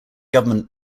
government